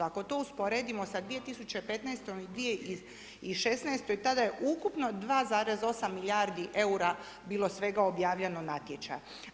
Ako to usporedimo sa 2015. i 2016. tada je ukupno 2,8 milijardi eura bilo svega objavljeno natječaja.